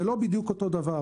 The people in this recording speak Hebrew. זה לא בדיוק אותו דבר.